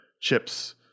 Chip's